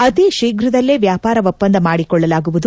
ಅತಿ ಶೀಫ್ರದಲ್ಲೇ ವ್ಯಾಪಾರ ಒಪ್ಪಂದ ಮಾದಿಕೊಳ್ಳಲಾಗುವುದು